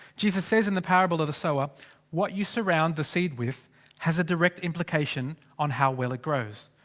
jesus says in the parable of the sower. what you surround the seed with has a direct implication on how well it grows.